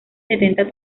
setenta